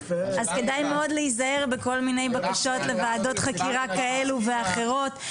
אז כדאי מאוד להיזהר בכל מיני בקשות לוועדות חקירה כאלה ואחרות,